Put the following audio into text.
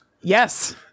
Yes